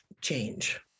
change